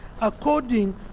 according